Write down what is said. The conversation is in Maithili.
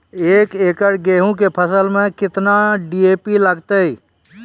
एक एकरऽ गेहूँ के फसल मे केतना डी.ए.पी लगतै?